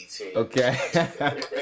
Okay